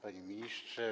Panie Ministrze!